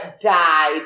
died